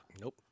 Nope